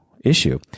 issue